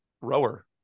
rower